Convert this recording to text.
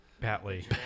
Batley